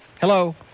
Hello